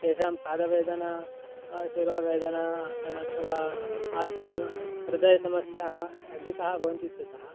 तेषां पादवेदना शिरोवेदना अथवा हार्ट् सम हृदयसमस्याः अधिकाः भवन्ति इत्यतः